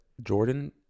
Jordan